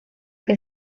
que